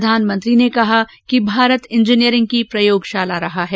प्रधानमंत्री ने कहा कि भारत इंजीनियरिंग की प्रयोगशाला रहा है